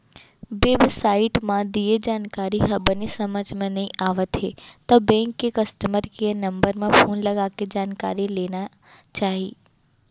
web site म दिये जानकारी ह बने समझ म नइ आवत हे त बेंक के कस्टमर केयर नंबर म फोन लगाके जानकारी ले लेना चाही